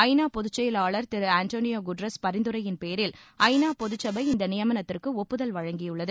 ஐநா பொது செயலாளர் திரு அண்டோளியோ குட்ரஸ் பரிந்துரையின்பேரில் ஐநா பொது சபை இந்த நியமனத்திற்கு ஒப்புதல் வழங்கியுள்ளது